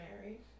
married